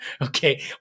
okay